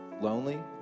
lonely